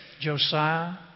Josiah